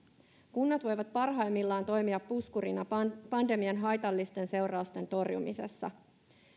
kunnat voivat parhaimmillaan toimia puskurina pandemian haitallisten seurausten torjumisessa